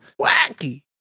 wacky